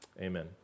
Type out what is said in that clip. Amen